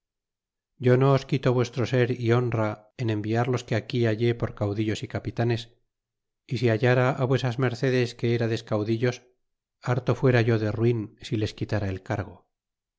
yo no os quito vuestro ser y honra en enviar los que aquí hallé por caudillos y capitanes y si hallara vuesas mercedes que erades caudillos harto fuera yo de ruin si les quitara el cargo